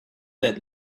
let